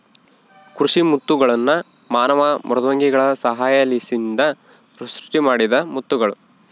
ಕೃಷಿ ಮುತ್ತುಗಳ್ನ ಮಾನವ ಮೃದ್ವಂಗಿಗಳ ಸಹಾಯಲಿಸಿಂದ ಸೃಷ್ಟಿಮಾಡಿದ ಮುತ್ತುಗುಳು